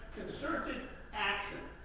concerted action,